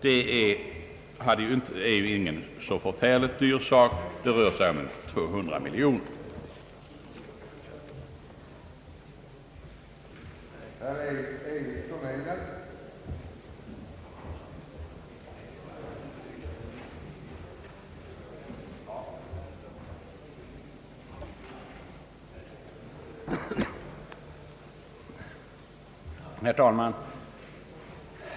Det är inte någon särskilt dyr sak; det rör sig om 200 miljoner